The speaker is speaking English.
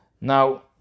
Now